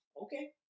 okay